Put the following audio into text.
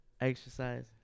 Exercise